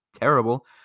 terrible